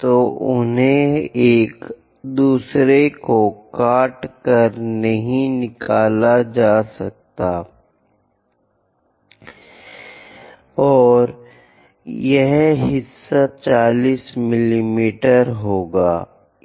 तो उन्हें एक दूसरे को काट कर नहीं निकालना चाहिए और यह हिस्सा 40 मिमी होना चाहिए